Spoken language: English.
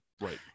Right